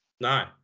No